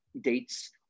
dates